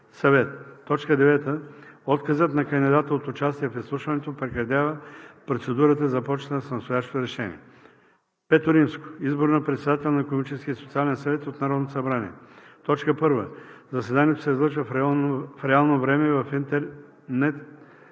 съвет. 9. Отказът на кандидата от участие в изслушването, прекратява процедурата, започната с настоящото решение. V. Избор на председател на Икономическия и социален съвет от Народното събрание. 1. Заседанието се излъчва в реално време в интернет